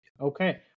Okay